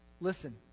listen